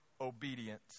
obedience